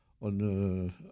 on